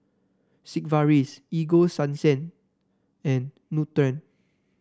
Sigvaris Ego Sunsense and Nutren